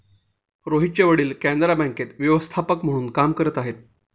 रोहितचे वडील कॅनरा बँकेत व्यवस्थापक म्हणून काम करत आहे